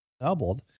doubled